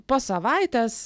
po savaitės